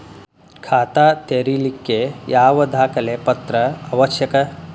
ಖಾತಾ ತೆರಿಲಿಕ್ಕೆ ಯಾವ ದಾಖಲೆ ಪತ್ರ ಅವಶ್ಯಕ?